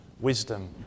wisdom